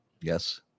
yes